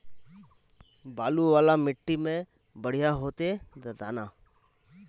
बालू वाला माटी में बढ़िया होते दाना?